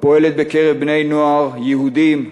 הפועלת בקרב בני-נוער יהודים,